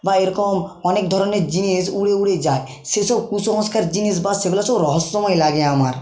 বা এরকম অনেক ধরণের জিনিস উড়ে উড়ে যায় সেসব কুসংস্কার জিনিস বা সেগুলো সব রহস্যময় লাগে আমার